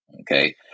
Okay